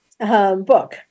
book